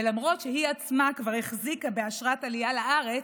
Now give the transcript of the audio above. ולמרות שהיא עצמה כבר החזיקה באשרת עלייה לארץ,